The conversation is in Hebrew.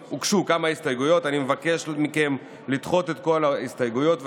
אני מבקש מכם לדחות את כל ההסתייגויות,